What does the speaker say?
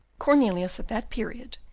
cornelius, at that period,